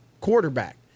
quarterback